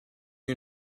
you